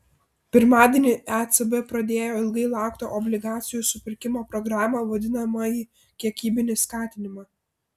pirmadienį ecb pradėjo ilgai lauktą obligacijų supirkimo programą vadinamąjį kiekybinį skatinimą